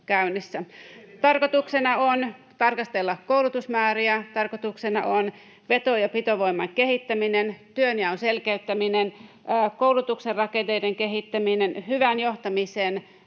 Tarkoituksena on tarkastella koulutusmääriä, tarkoituksena on veto- ja pitovoiman kehittäminen, työnjaon selkeyttäminen, koulutuksen rakenteiden kehittäminen, hyvän johtamisen